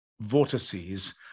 vortices